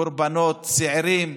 קורבנות צעירים,